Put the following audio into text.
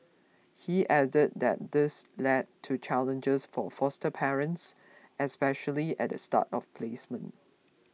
he added that this led to challenges for foster parents especially at the start of placement